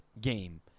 game